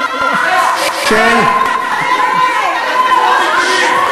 איזה שקטה,